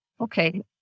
Okay